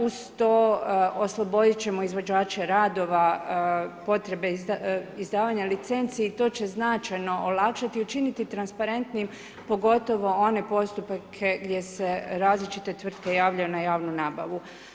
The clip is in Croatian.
Uz to, oslobodit ćemo izvođače radove, potrebe izdavanja licenci, to će značajno olakšati i učiniti transparentnijim, pogotovo one postupke gdje se različite tvrtke javljaju na javnu nabavu.